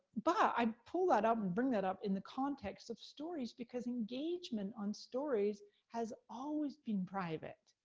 but, i pull that up, and bring that up in the context of stories, because engagement on stories has always been private,